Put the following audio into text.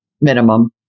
minimum